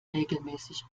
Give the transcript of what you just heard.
regelmäßig